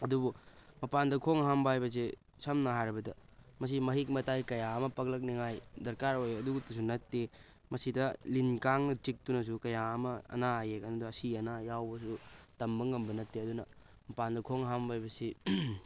ꯑꯗꯨꯕꯨ ꯃꯄꯥꯟꯗ ꯈꯣꯡ ꯍꯥꯝꯕ ꯍꯥꯏꯕꯁꯦ ꯁꯝꯅ ꯍꯥꯏꯔꯕꯗ ꯃꯁꯤ ꯃꯍꯤꯛ ꯃꯇꯥꯏ ꯀꯌꯥ ꯑꯃ ꯄꯛꯂꯛꯅꯤꯡꯉꯥꯏ ꯗꯔꯀꯥꯔ ꯑꯣꯏ ꯑꯗꯨꯗꯁꯨ ꯅꯠꯇꯦ ꯃꯁꯤꯗ ꯂꯤꯟ ꯀꯥꯡꯅ ꯆꯤꯛꯇꯨꯅꯁꯨ ꯀꯌꯥ ꯑꯃ ꯑꯅꯥ ꯑꯌꯦꯛ ꯈꯪꯗ ꯑꯁꯤ ꯑꯅꯥ ꯌꯥꯎꯕꯁꯨ ꯇꯝꯕ ꯉꯝꯕ ꯅꯠꯇꯦ ꯑꯗꯨꯅ ꯃꯄꯥꯟꯗ ꯈꯣꯡ ꯍꯥꯝꯕ ꯍꯥꯏꯕꯁꯤ